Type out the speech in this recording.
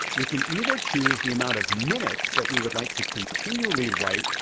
we can either choose the amount of minutes that we would like to continually write,